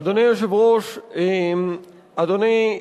אדוני היושב-ראש, אדוני,